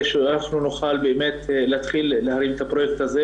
שאנחנו נוכל להתחיל להרים את הפרויקט הזה.